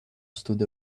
stood